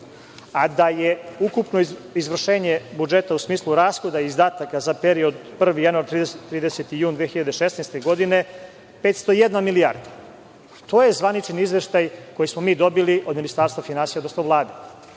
a da je ukupno izvršenje budžeta, u smislu rashoda i izdataka za period 1. januara do 30. juna 2016. godine 501 milijarda. To je zvaničan izveštaj koji smo mi dobili od Ministarstva finansija, odnosno Vlade. Kada